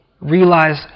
realize